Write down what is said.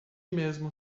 mesmo